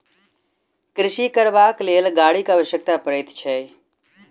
कृषि करबाक लेल गाड़ीक आवश्यकता पड़ैत छै